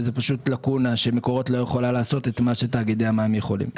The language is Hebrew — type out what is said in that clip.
כי זאת לקונה שמקורות לא יכולה לעשות את מה שתאגידי המים יכולים.